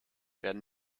werden